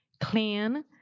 clean